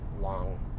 long